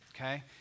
okay